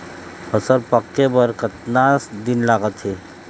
फसल पक्के बर कतना दिन लागत हे?